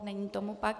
Není tomu tak.